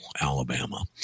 Alabama